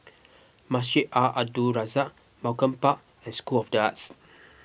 Masjid Al Abdul Razak Malcolm Park and School of the Arts